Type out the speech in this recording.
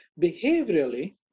behaviorally